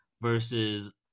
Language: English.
versus